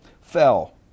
fell